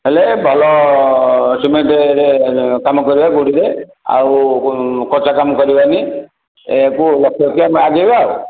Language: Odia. ହେଲେ ଭଲ ସିମେଣ୍ଟ୍ କାମ କରିବା ଗୋଡ଼ିରେ ଆଉ କଞ୍ଚା କାମ କରିବାନି ଏହାକୁ ଲକ୍ଷ୍ୟ ରଖି ଆମେ ଆଗେଇବା ଆଉ